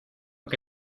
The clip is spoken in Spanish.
que